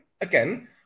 again